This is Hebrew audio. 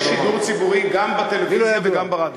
יש שידור ציבורי גם בטלוויזיה וגם ברדיו.